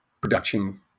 production